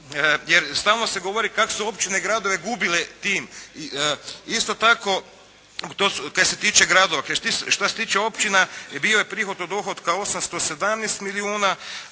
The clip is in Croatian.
jer stalno se govori kako su općine i gradovi gubile tim. Isto tako, što se tiče gradova. Što se tiče općina bio je prihod od dohotka 817 milijuna,